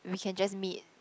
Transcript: we can just meet